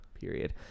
period